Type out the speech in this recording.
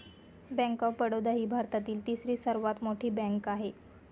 bank of Baroda ही भारतातील तिसरी सर्वात मोठी बँक आहे